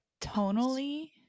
tonally